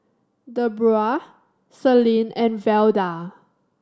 Debroah Celine and Velda